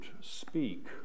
speak